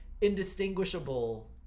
indistinguishable